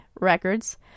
Records